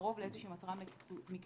לרוב לאיזושהי מטרה מקצועית,